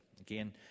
Again